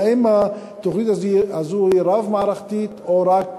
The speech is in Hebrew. והאם התוכנית הזו היא רב-מערכתית, או רק